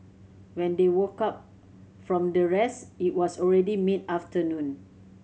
when they woke up from their rest it was already mid afternoon